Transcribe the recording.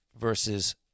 versus